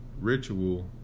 ritual